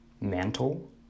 mantle